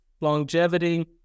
longevity